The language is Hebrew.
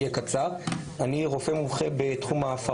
אני רופא מומחה בתחום,